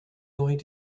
going